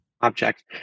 object